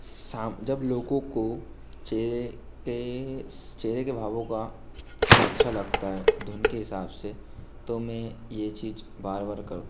शाम जब लोगों को चेहरे पर चेहरे के भावों का उन्हें अच्छा लगता है धुन के हिसाब से तो मैं यह चीज़ बार बार करता हूँ